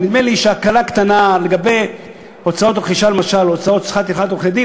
ונדמה לי שהקלה קטנה לגבי הוצאות הרכישה או הוצאות שכר טרחת עורכי-דין,